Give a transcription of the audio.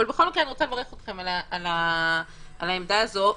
בכל מקרה, אני רוצה לברך אתכם על העמדה הזאת.